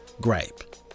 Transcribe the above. gripe